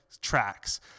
tracks